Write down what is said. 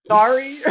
Sorry